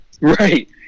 right